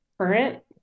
current